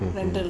rental